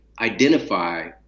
identify